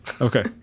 Okay